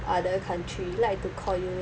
other country like to call you